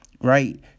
right